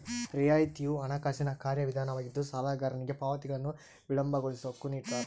ರಿಯಾಯಿತಿಯು ಹಣಕಾಸಿನ ಕಾರ್ಯವಿಧಾನವಾಗಿದ್ದು ಸಾಲಗಾರನಿಗೆ ಪಾವತಿಗಳನ್ನು ವಿಳಂಬಗೊಳಿಸೋ ಹಕ್ಕು ನಿಡ್ತಾರ